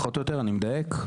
אני מדייק?